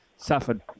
suffered